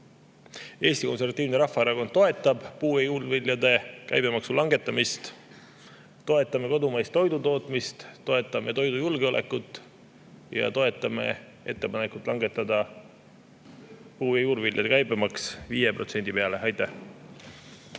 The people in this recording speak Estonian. Eesti Konservatiivne Rahvaerakond toetab puu- ja juurviljade käibemaksu langetamist. Toetame kodumaist toidutootmist, toetame toidujulgeolekut ja toetame ettepanekut langetada puu- ja juurviljade käibemaks 5% peale. Aitäh!